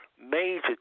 major